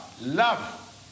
love